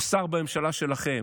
הוא שר בממשלה שלכם.